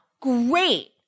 Great